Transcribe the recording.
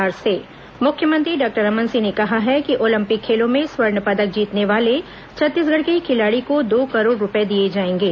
राज्य खेल अलंकरण मुख्यमंत्री डॉक्टर रमन सिंह ने कहा है कि ओलंपिक खेलों में स्वर्ण पदक जीतने वाले छत्तीसगढ़ के खिलाड़ी को दो करोड़ रूपये दिए जाएंगे